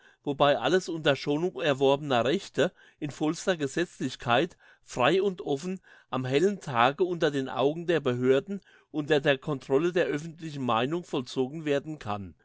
wobei alles unter schonung erworbener rechte in vollster gesetzlichkeit frei und offen am hellen tage unter den augen der behörden unter der controle der öffentlichen meinung vollzogen werden kann